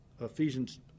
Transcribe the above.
Ephesians